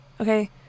Okay